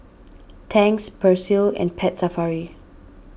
Tangs Persil and Pet Safari